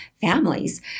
families